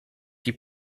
die